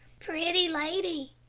pretty lady,